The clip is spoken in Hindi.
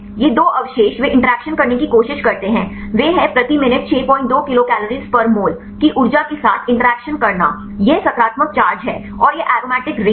ये दो अवशेष वे इंटरैक्शन करने की कोशिश करते हैं वे हैं प्रति minute 62 kilo cal per mole की ऊर्जा के साथ इंटरैक्शन करना यह सकारात्मक चार्ज है और यह एरोमेटिक रिंग है